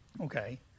Okay